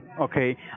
okay